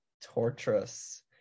torturous